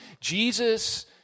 Jesus